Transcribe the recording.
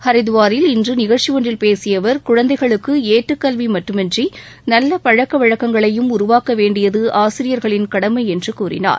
ஹரித்துவாரில் இன்று நிகழ்ச்சி ஒன்றில் பேசிய அவர் குழந்தைகளுக்கு ஏட்டுக்கல்வி மட்டுமன்றி நல்ல பழக்க வழக்கங்களையும் உருவாக்க வேண்டியது ஆசிரியர்களின் கடமை என்று கூறினார்